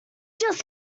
just